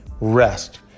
rest